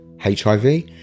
HIV